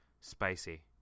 Spicy